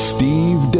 Steve